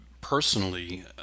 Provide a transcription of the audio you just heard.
personally